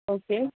okay